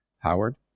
Howard